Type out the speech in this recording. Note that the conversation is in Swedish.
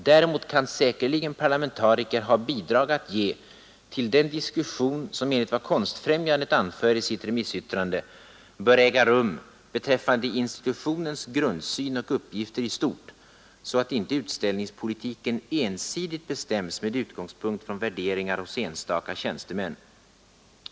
Däremot kan säkerligen parlamentariker ha bidrag att ge till den diskussion som enligt vad Konstfrämjandet anför i sitt remissyttrande bör äga rum ”beträffande institutionens grundsyn och uppgifter i stort så att inte utställningspolitiken ensidigt bestäms med utgångspunkt från värderingar hos enstakatjänstemän”.